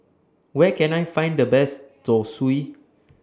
Where Can I Find The Best Zosui